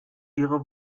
ihre